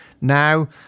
Now